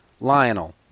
Lionel